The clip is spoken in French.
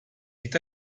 est